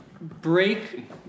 Break